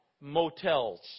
motels